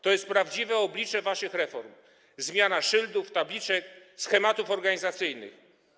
To jest prawdziwe oblicze waszych reform: zmiana szyldów, tabliczek, schematów organizacyjnych.